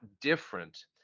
different